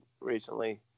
recently